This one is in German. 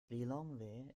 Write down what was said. lilongwe